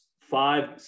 five